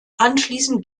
anschließend